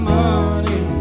money